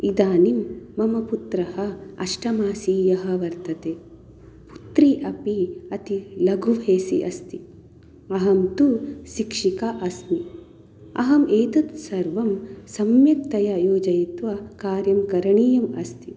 इदानीं मम पुत्रः अष्टमासीयः वर्तते पुत्री अपि अति लघु फेसे अस्ति अहं तु शिक्षिका अस्मि अहम् एतत् सर्वं सम्यकतया योजयित्वा कार्यं करणीयम् अस्ति